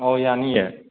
ꯑꯧ ꯌꯥꯅꯤꯌꯦ